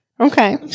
Okay